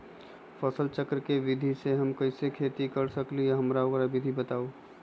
फसल चक्र के विधि से हम कैसे खेती कर सकलि ह हमरा ओकर विधि बताउ?